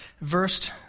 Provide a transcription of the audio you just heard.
verse